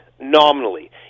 nominally